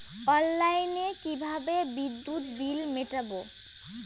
অনলাইনে কিভাবে বিদ্যুৎ বিল মেটাবো?